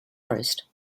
forest